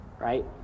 right